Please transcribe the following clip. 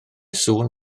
sŵn